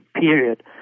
period